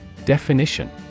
Definition